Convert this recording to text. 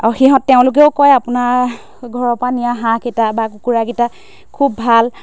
আৰু সিহঁত তেওঁলোকেও কয় আপোনাৰ ঘৰৰ পৰা নিয়া হাঁহকেইটা বা কুকুৰাকেইটা খুব ভাল